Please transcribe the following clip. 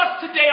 today